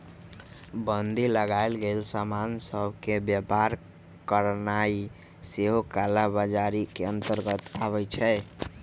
बन्दी लगाएल गेल समान सभ के व्यापार करनाइ सेहो कला बजारी के अंतर्गत आबइ छै